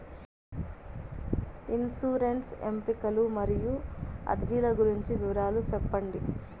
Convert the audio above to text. insurance ఎంపికలు మరియు అర్జీల గురించి వివరాలు సెప్పండి